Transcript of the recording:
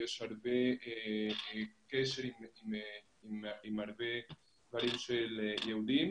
יש הרבה קשר עם הרבה דברים של יהודים,